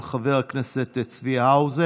של חבר הכנסת צבי האוזר,